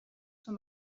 zur